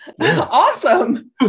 Awesome